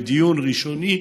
בדיון ראשוני,